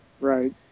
Right